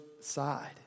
side